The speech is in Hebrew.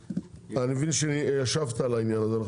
אני מבין שישבת על העניין הזה.